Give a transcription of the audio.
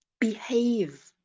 behave